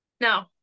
no